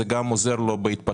זה גם עוזר לו בהתפתחות.